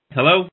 Hello